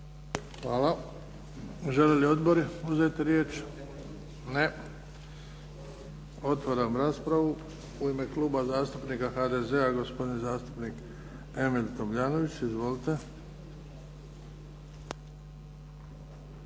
Hvala. Žele li odbori uzeti riječ? Ne. Otvaram raspravu. U ime Kluba zastupnika HDZ-a gospodin zastupnik Emil Tomljavnović. Izvolite.